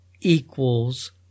equals